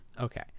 Okay